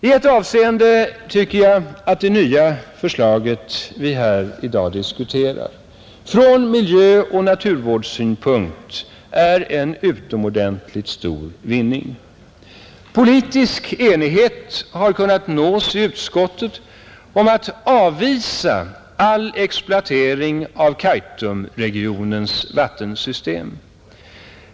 I ett avseende tycker jag att det nya förslag vi i dag här diskuterar från miljöoch naturvårdssynpunkt är en utomordentligt stor vinning. Politisk enighet har kunnat nås i utskottet om att avvisa all exploatering av Kaitumregionens vattensystem.